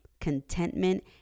contentment